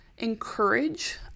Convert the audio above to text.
encourage